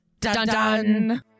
Dun-dun